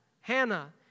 Hannah